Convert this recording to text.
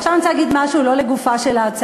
עכשיו אני רוצה לומר משהו שלא לגופה של ההצעה,